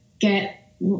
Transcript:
get